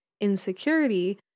insecurity